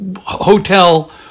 hotel